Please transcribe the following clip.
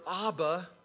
Abba